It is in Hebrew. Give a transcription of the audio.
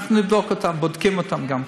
אנחנו נבדוק אותן, בודקים אותן גם כן.